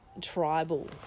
Tribal